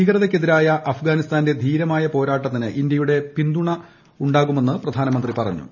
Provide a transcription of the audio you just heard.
ഭീകരതയ്ക്കെതിരായ അഫ്ഗാനിസ്ഥാന്റെ ധീരമായ പോരാട്ടത്തിന് ഇന്ത്യയുടെ പിന്തുണ തുടരുമെന്ന് പ്രധാനമന്ത്രി പറഞ്ഞു